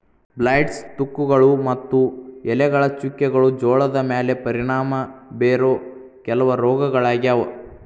blights, ತುಕ್ಕುಗಳು ಮತ್ತು ಎಲೆಗಳ ಚುಕ್ಕೆಗಳು ಜೋಳದ ಮ್ಯಾಲೆ ಪರಿಣಾಮ ಬೇರೋ ಕೆಲವ ರೋಗಗಳಾಗ್ಯಾವ